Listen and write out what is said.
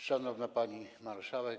Szanowna Pani Marszałek!